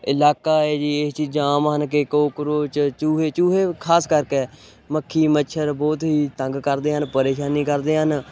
ਇਲਾਕਾ ਹੈ ਜੀ ਇਹ ਚੀਜ਼ਾਂ ਆਮ ਹਨ ਕਿ ਕੋਕਰੋਚ ਚੂਹੇ ਚੂਹੇ ਖਾਸ ਕਰਕੇ ਮੱਖੀ ਮੱਛਰ ਬਹੁਤ ਹੀ ਤੰਗ ਕਰਦੇ ਹਨ ਪਰੇਸ਼ਾਨੀ ਕਰਦੇ ਹਨ